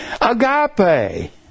Agape